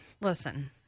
Listen